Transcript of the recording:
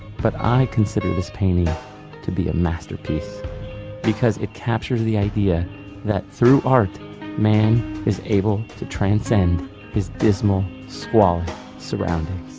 but i consider this painting to be a masterpiece because it captures the idea that through art man is able to transcend his dismal surroundings.